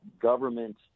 government